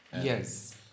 Yes